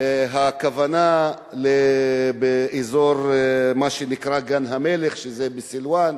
הכוונה באזור שנקרא גן-המלך, שזה בסילואן,